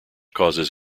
causes